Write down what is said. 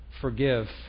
forgive